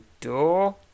Door